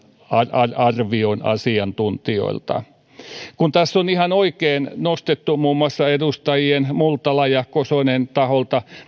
arvion asiantuntijoilta tässä on ihan oikein nostettu muun muassa edustajien multala ja kosonen taholta